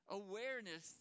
awareness